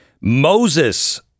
Moses